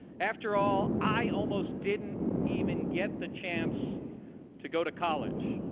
after all, i almost didn't even get the chance to go to college,